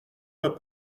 pas